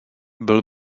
byl